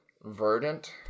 Verdant